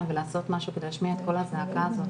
ולעשות משהו כדי להשמיע את קול הזעקה הזאת,